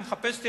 היה מחפש אותי,